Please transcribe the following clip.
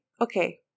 Okay